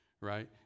right